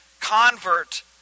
convert